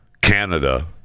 Canada